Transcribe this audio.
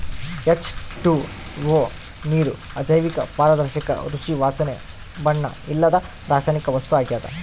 H two O ನೀರು ಅಜೈವಿಕ ಪಾರದರ್ಶಕ ರುಚಿ ವಾಸನೆ ಬಣ್ಣ ಇಲ್ಲದ ರಾಸಾಯನಿಕ ವಸ್ತು ಆಗ್ಯದ